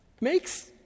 makes